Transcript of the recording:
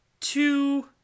two